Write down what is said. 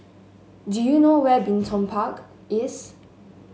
do you know where Bin Tong Park is